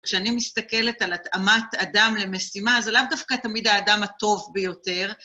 כשאני מסתכלת על התאמת אדם למשימה, זה לאו דווקא תמיד האדם הטוב ביותר.